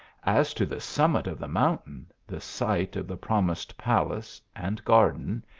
as to the summit of the mountain, the site of the promised palace and garden,